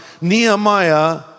Nehemiah